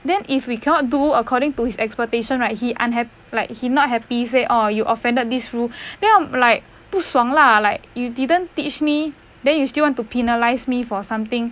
then if we cannot do according to his expectation right he unha~ like he not happy say oh you offended this rule then I'm like 不爽 lah like you didn't teach me then you still want to penalise me for something